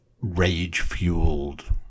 rage-fueled